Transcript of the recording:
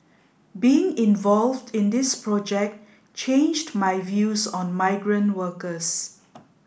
being involved in this project changed my views on migrant workers